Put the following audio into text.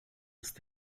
ist